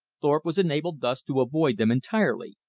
thorpe was enabled thus to avoid them entirely.